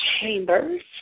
chambers